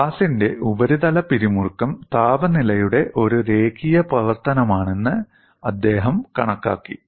ഗ്ലാസിന്റെ ഉപരിതല പിരിമുറുക്കം താപനിലയുടെ ഒരു രേഖീയ പ്രവർത്തനമാണെന്ന് അദ്ദേഹം കണക്കാക്കി